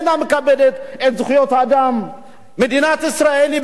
מדינת ישראל בעצם איננה חברה בקהילת העמים.